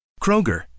Kroger